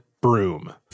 broom